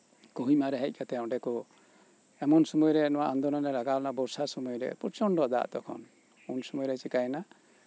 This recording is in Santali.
ᱠᱳᱦᱤᱢᱟᱨᱮ ᱦᱮᱡ ᱠᱟᱛᱮᱫ ᱚᱸᱰᱮ ᱠᱚ ᱮᱢᱚᱱ ᱥᱚᱢᱚᱭᱨᱮ ᱱᱚᱶᱟ ᱟᱱᱫᱳᱞᱚᱱ ᱞᱟᱜᱟᱣ ᱞᱮᱱᱟ ᱵᱚᱨᱥᱟ ᱥᱚᱢᱚᱭᱨᱮ ᱯᱨᱚᱪᱚᱱᱰᱚ ᱫᱟᱜ ᱛᱚᱠᱷᱚᱱ ᱩᱱ ᱥᱚᱢᱚᱭᱨᱮ ᱪᱤᱠᱟᱹᱭᱮᱱᱟ